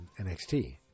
NXT